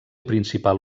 principal